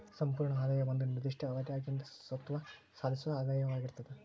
ಸಂಪೂರ್ಣ ಆದಾಯ ಒಂದ ನಿರ್ದಿಷ್ಟ ಅವಧ್ಯಾಗಿಂದ್ ಸ್ವತ್ತ ಸಾಧಿಸೊ ಆದಾಯವಾಗಿರ್ತದ